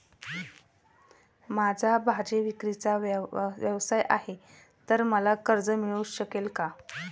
माझा भाजीविक्रीचा व्यवसाय आहे तर मला कर्ज मिळू शकेल का?